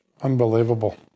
Unbelievable